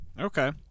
Okay